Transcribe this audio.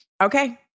okay